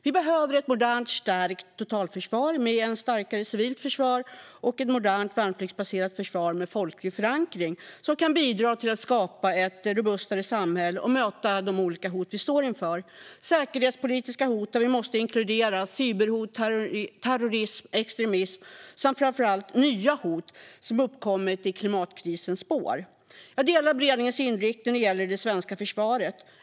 Vi behöver ett modernt, starkt totalförsvar med ett starkare civilt försvar och ett modernt värnpliktsbaserat försvar med folklig förankring som kan bidra till att skapa ett robustare samhälle och möta de olika hot vi står inför: säkerhetspolitiska hot där vi måste inkludera cyberhot, terrorism, extremism och framför allt nya hot som uppkommit i klimatkrisens spår. Jag håller med om beredningens inriktning när det gäller det svenska försvaret.